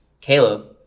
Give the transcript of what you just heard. Caleb